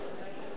כן.